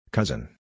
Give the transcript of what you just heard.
Cousin